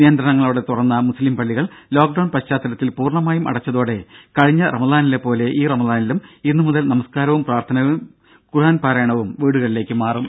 നിയന്ത്രണങ്ങളോടെ തുറന്ന മുസ്ലീം പള്ളികൾ ലോക്ഡൌൺ പശ്ചാത്തലത്തിൽ പൂർണ്ണമായും അടച്ചതോടെ കഴിഞ്ഞ റമദാനിലെ പോലെ ഈ റമദാനിലും ഇന്നു മുതൽ നമസ്കാരവും പ്രാർത്ഥനകളും ഖുർആൻ പാരായണവും വീടുകളിലേക്ക് മാറും